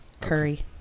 Curry